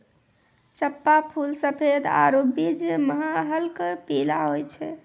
चंपा फूल सफेद आरु बीच मह हल्क पीला होय छै